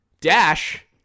Dash